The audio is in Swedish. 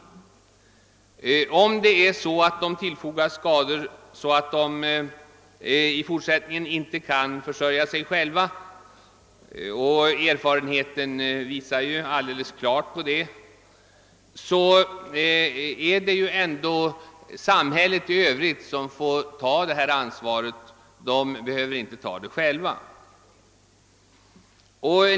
Om de tillfogas sådana skador att de i fortsättningen inte kan försörja sig själva — och erfarenheter visar klart att detta kan bli följden — är det samhället som får ta ansvaret för dem; de behöver inte ta det själva.